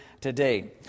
today